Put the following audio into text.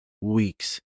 weeks